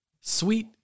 sweet